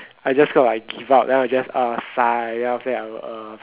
I just felt like give up then I will just ah sigh after that I will uh